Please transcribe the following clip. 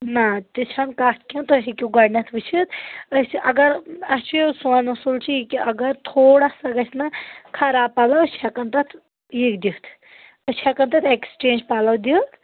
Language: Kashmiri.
نہ تہِ چھنہٕ کتھ کیٚنٛہہ تُہۍ ہیٚکِو گۄڈٕ نٮ۪تھ وٕچِتھ أسۍ اگر اَسہِ چھ سون اصوٗل چھُ یہِ کہِ اگر تھوڑا سا گژھہِ نا خراب پَلوأسۍ چھ ہٮ۪کان تَتھ یِہ دِتھ أسۍ چھ ہٮ۪کان تَتھ ایکسچینج پلو دِتھ